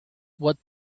what